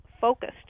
focused